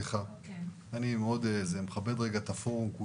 אני מכבד את הפורום,